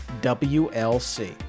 WLC